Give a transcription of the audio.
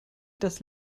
das